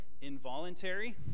involuntary